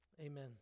Amen